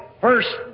first